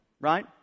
right